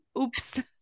Oops